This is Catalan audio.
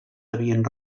havien